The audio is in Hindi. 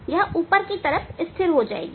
तो यह ऊपर की तरफ स्थिर हो जाएगी